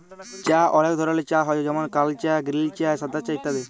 চাঁ অলেক ধরলের হ্যয় যেমল কাল চাঁ গিরিল চাঁ সাদা চাঁ ইত্যাদি